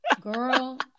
Girl